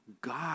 God